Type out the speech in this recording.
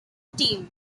team